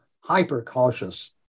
hyper-cautious